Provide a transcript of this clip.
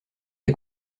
est